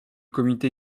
comité